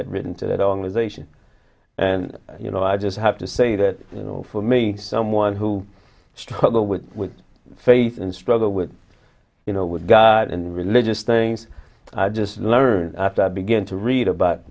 had written to that organization and you know i just have to say that you know for me someone who struggle with faith and struggle with you know with god and religious things i just learned after i began to read about